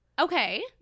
Okay